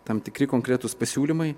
tam tikri konkretūs pasiūlymai